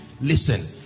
listen